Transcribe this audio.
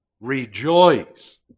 rejoice